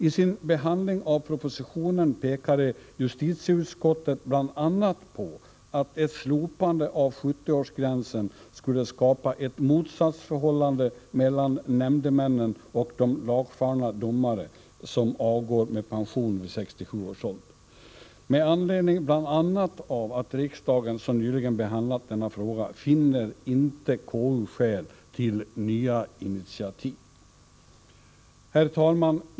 I sin behandling av propositionen pekade justitieutskottet bl.a. på att ett slopande av 70-årsgränsen skulle skapa ett motsatsförhållande mellan nämndemännen och de lagfarna domare som avgår med pension vid 67 års ålder. Med anledning bl.a. av att riksdagen så nyligen behandlat den frågan finner KU inte skäl till nya initiativ. Herr talman!